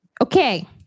Okay